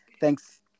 Thanks